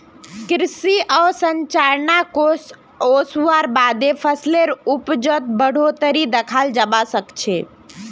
कृषि अवसंरचना कोष ओसवार बादे फसलेर उपजत बढ़ोतरी दखाल जबा सखछे